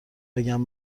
بگم